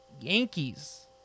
Yankees